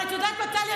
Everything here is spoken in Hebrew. אבל את יודעת מה, טלי?